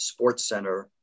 SportsCenter